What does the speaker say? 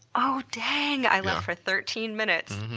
oh dang, i left for thirteen minutes.